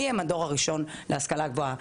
מי אלו הדור הראשון להשכלה גבוהה,